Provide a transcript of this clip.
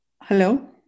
Hello